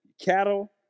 cattle